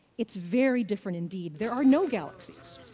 it's very different indeed. there are no galaxies,